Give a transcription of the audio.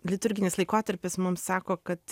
liturginis laikotarpis mum sako kad